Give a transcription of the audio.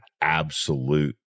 absolute